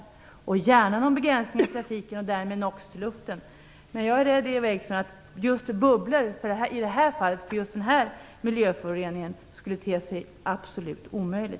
Man kan gärna göra en begränsning av trafiken och därmed av nox i luften, men jag är rädd för att bubblor för just den här föroreningen skulle te sig absolut omöjliga.